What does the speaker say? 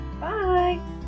Bye